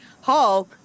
Hall